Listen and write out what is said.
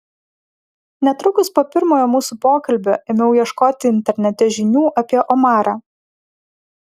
netrukus po pirmojo mūsų pokalbio ėmiau ieškoti internete žinių apie omarą